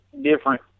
different